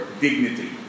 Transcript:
dignity